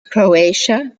croatia